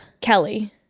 Kelly